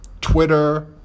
Twitter